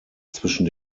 zwischen